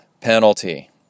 penalty